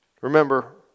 Remember